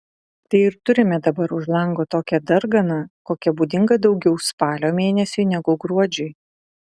tai ir turime dabar už lango tokią darganą kokia būdinga daugiau spalio mėnesiui negu gruodžiui